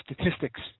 statistics